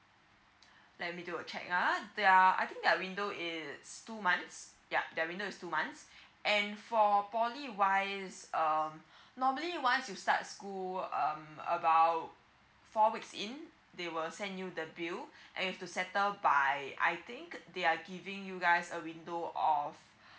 let me do a check ah their I think their window it's two months yup their window is two months and for poly wise um normally once you start school um about four weeks in they will send you the bill and you've to settle by I think they're giving you guys a window of